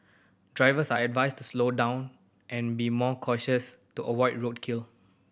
drivers are advised to slow down and be more cautious to avoid roadkill